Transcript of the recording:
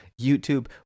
youtube